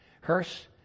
hearse